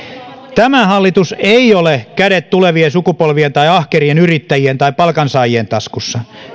tämä hallitus ei ole kädet tulevien sukupolvien tai ahkerien yrittäjien tai palkansaajien taskuissa